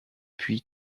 puis